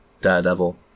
daredevil